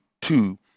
two